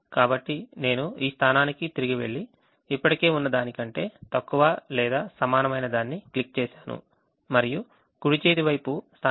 కాబట్టి నేను ఈ స్థానానికి తిరిగి వెళ్లి ఇప్పటికే ఉన్న దానికంటే తక్కువ లేదా సమానమైన దాన్ని క్లిక్ చేశాను మరియు కుడి చేతి వైపు స్థానం ఇక్కడ ఉంది ఇది D6